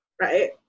right